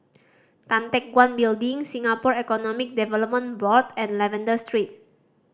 Tan Teck Guan Building Singapore Economic Development Board and Lavender Street